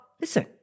listen